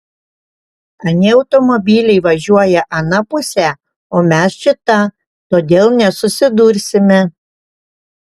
anie automobiliai važiuoja ana puse o mes šita todėl nesusidursime